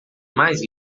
mais